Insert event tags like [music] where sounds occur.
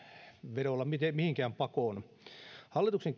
vedolla mihinkään pakoon hallituksen [unintelligible]